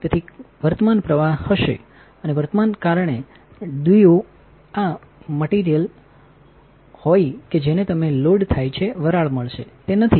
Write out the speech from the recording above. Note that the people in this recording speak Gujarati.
તેથી વર્તમાન પ્રવાહ હશે અને વર્તમાન કારણે દ્વિ ઓettingઆ materiઅલ હોય કે જેને તમે લોડ થાય છે વરાળ મળશે તે નથી